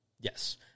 Yes